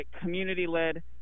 community-led